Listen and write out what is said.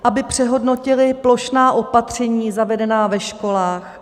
... aby přehodnotili plošná opatření zavedená ve školách.